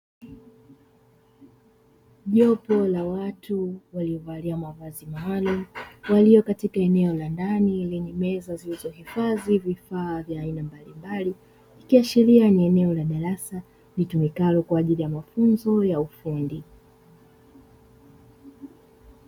Jopo la watu waliovalia mavazi maalumu walio katika eneo la ndani lenye meza zilizohifadhi vifaa vya aina mbalimbali, ikiashiria ni eneo la darasa litumikalo kwa ajili ya mafunzo ya ufundi.